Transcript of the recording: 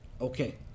Okay